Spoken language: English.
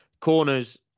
Corners